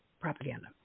propaganda